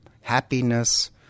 Happiness